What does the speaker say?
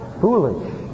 Foolish